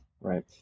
right